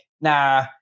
nah